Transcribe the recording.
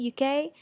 UK